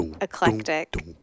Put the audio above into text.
Eclectic